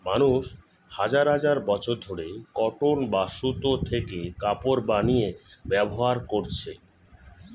মানুষ হাজার হাজার বছর ধরে কটন বা সুতো থেকে কাপড় বানিয়ে ব্যবহার করছে